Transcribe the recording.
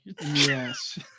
Yes